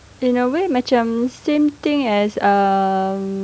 in a way macam same thing as um